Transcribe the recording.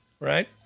Right